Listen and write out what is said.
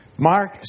Mark